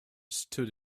stood